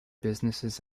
businesses